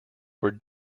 were